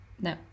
no